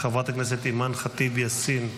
חברת הכנסת אימאן ח'טיב יאסין,